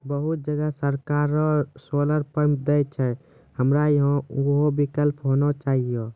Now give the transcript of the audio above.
बहुत जगह सरकारे सोलर पम्प देय छैय, हमरा यहाँ उहो विकल्प होना चाहिए?